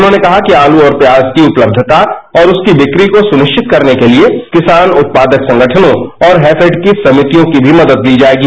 उन्होंने कहा कि आलू और प्याज की उपलब्यता और उसकी बिक्री को सुनिश्चित करने के लिए किसान उत्पादक संगठनों और हैफेड की समितियों की भी मदद ली जाएगी